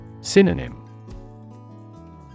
Synonym